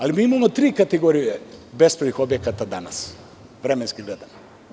Ali, mi imamo tri kategorije bespravnih objekata danas, vremenski gledano.